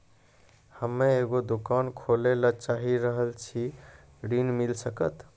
हम्मे एगो दुकान खोले ला चाही रहल छी ऋण मिल सकत?